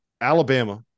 Alabama